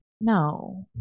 No